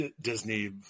Disney